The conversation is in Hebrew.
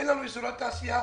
אין לנו אזורי תעשיה,